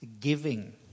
giving